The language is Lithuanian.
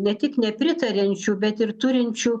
ne tik nepritariančių bet ir turinčių